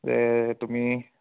যে তুমি